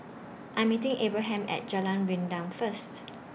I'm meeting Abraham At Jalan Rendang First